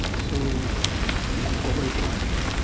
and so are you being overly polite here?